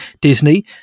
Disney